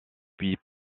puis